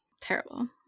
Terrible